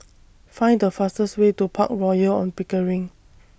Find The fastest Way to Park Royal on Pickering